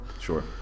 Sure